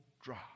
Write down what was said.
drop